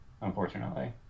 unfortunately